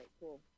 cool